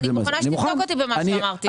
אני מוכנה שתבדוק אותי במה שאמרתי.